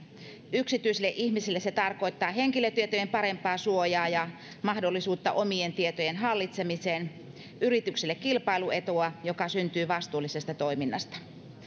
yksityisille ihmisille se tarkoittaa henkilötietojen parempaa suojaa ja mahdollisuutta omien tietojen hallitsemiseen yrityksille kilpailuetua joka syntyy vastuullisesta toiminnasta